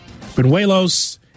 Benuelos